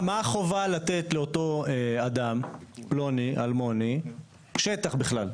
מה החובה לתת לאותו אדם, פלוני-אלמוני, שטח בכלל?